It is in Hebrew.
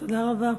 תודה רבה.